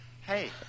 Hey